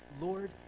Lord